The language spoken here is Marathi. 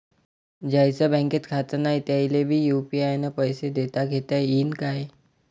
ज्याईचं बँकेत खातं नाय त्याईले बी यू.पी.आय न पैसे देताघेता येईन काय?